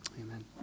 Amen